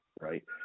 Right